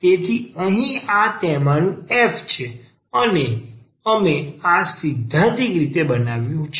તેથી અહીં આ તેમાનું f છે અને અમે આ સૈદ્ધાંતિક રીતે બનાવ્યું છે